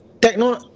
techno